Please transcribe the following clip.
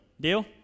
Deal